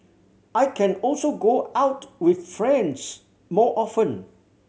I can also go out with friends more often